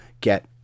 get